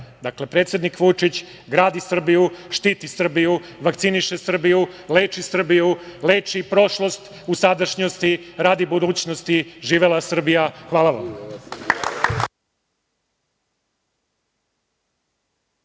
kraju. Dakle, predsednik Vučić gradi Srbiju, štiti Srbiju, vakciniše Srbiju, leči Srbiju, leči prošlost u sadašnjosti radi budućnosti. Živela Srbija! Hvala vam.